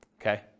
Okay